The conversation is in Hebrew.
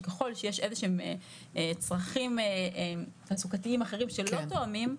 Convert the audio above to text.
שככל שיש איזה שהם צרכים תעסוקתיים אחרים שלא תואמים,